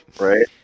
Right